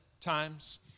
times